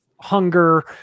hunger